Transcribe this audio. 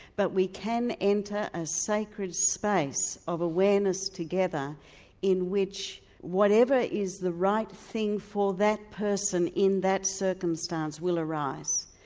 but we can enter a sacred space of awareness together in which whatever is the right thing for that person in that circumstance will arise.